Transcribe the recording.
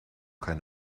keine